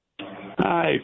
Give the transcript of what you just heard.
Hi